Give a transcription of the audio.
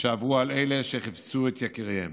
שעברו על אלה שחיפשו את יקיריהם.